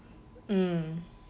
mm